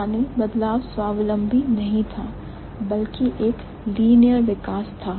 यानी बदलाव स्वावलंबी नहीं था बल्कि एक लीनियर विकास था